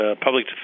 public